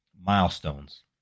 milestones